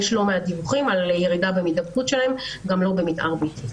יש לא מעט דיווחים על ירידה במידבקות שלהם גם לא במתאר ביתי.